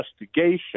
investigation